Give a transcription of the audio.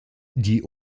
die